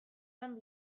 lan